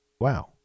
Wow